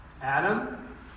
Adam